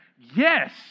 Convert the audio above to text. Yes